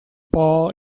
ball